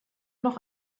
noch